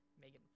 Megan